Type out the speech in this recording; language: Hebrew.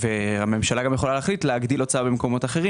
והממשלה יכולה להחליט להגדיל הוצאה במקומות אחרים